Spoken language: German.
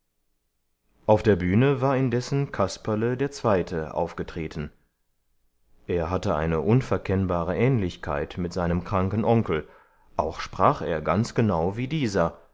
auf der bühne war indessen kasperle der zweite aufgetreten er hatte eine unverkennbare ähnlichkeit mit seinem kranken onkel auch sprach er ganz genau wie dieser